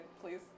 please